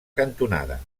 cantonada